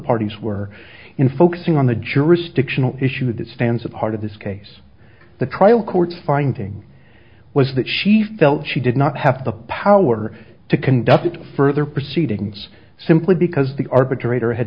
parties were in focusing on the jurisdictional issue that stands at the heart of this case the trial court finding was that she felt she did not have the power to conduct further proceedings simply because the arbitrator had